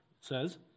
says